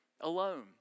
alone